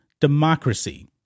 Democracy